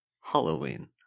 Halloween